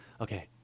Okay